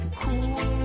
cool